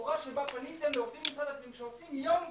הצורה בה פונים אל עובדי משרד הפנים שעושים יום ולילה.